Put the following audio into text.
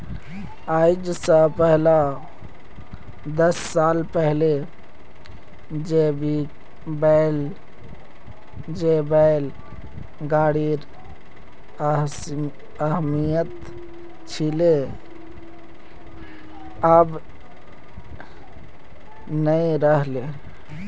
आइज स दस साल पहले जे बैल गाड़ीर अहमियत छिले अब नइ रह ले